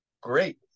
great